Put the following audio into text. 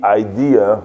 idea